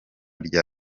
rya